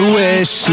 wish